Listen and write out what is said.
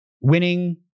winning